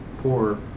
poor